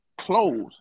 clothes